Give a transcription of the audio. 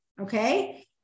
Okay